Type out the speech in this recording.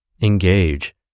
Engage